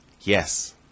Yes